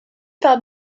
par